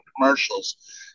commercials